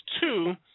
two